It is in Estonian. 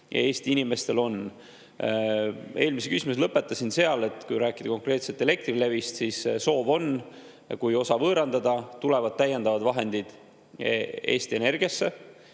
Eesti inimestel on. Eelmisele küsimusele [vastamise] lõpetasin seal, et kui rääkida konkreetselt Elektrilevist, siis soov on, et kui osa võõrandada, siis tulevad täiendavad vahendid Eesti Energiasse,